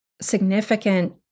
significant